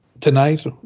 tonight